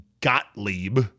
Gottlieb